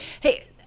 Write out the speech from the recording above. hey